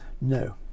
No